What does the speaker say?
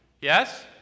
Yes